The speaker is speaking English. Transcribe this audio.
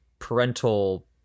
Parental